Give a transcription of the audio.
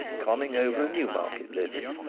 conning over a newmarket list,